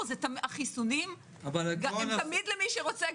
החיסונים הם תמיד למי שרוצה.